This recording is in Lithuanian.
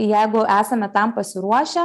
jeigu esame tam pasiruošę